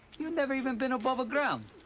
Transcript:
you never even been above ground.